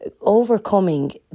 Overcoming